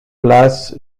place